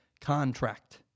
contract